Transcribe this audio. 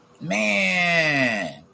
Man